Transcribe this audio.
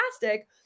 fantastic